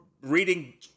reading